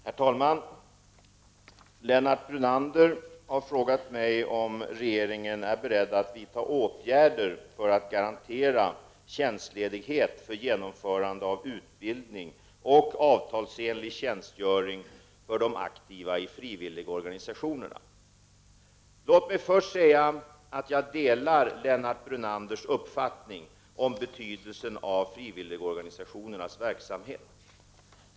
Herr talman! Lennart Brunander har frågat mig om regeringen är beredd att vidta åtgärder för att garantera tjänstledighet för genomförande av utbildning och avtalsenlig tjänstgöring för de aktiva i frivilligorganisationerna. Låt mig först säga att jag delar Lennart Brunanders uppfattning om betydelsen av frivilligorganisationernas verksamhet.